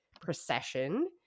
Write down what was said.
procession